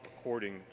according